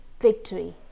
victory